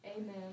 Amen